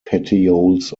petioles